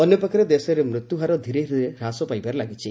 ଅନ୍ୟପକ୍ଷରେ ଦେଶରେ ମୃତ୍ୟୁହାର ଧିରେଧିରେ ହ୍ରାସ ପାଇବାରେ ଲାଗିଛି